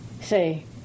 say